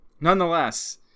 nonetheless